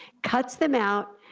cuts them out,